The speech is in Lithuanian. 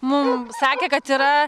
mum sakė kad yra